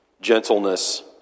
gentleness